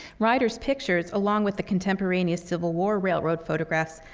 ryder's pictures, along with the contemporaneous civil war railroad photographs,